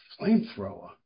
flamethrower